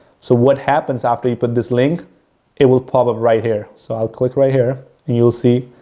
so, what happens after you put this link it will pop up right here. so, i'll click right here and you'll see,